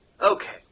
Okay